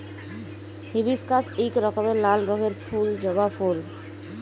hibiscus ইক রকমের লাল রঙের ফুল জবা ফুল